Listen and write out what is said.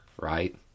right